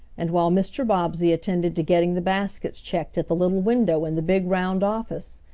and while mr. bobbsey attended to getting the baskets checked at the little window in the big round office,